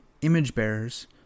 image-bearers